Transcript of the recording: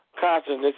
consciousness